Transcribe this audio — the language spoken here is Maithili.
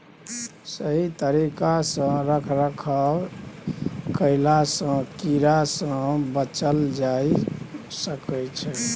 सही तरिका सँ रख रखाव कएला सँ कीड़ा सँ बचल जाए सकई छै